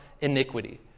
iniquity